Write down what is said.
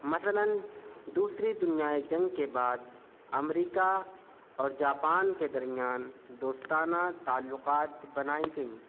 مثلاً دوسری دنیائے جنگ کے بعد امریکہ اور جاپان کے درمیان دوستانہ تعلّقات بنائی گئی